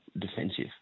defensive